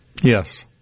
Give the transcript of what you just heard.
Yes